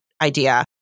idea